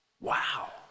Wow